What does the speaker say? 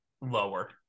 lower